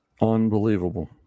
Unbelievable